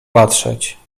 patrzeć